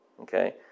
Okay